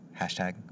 Hashtag